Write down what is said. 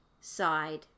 side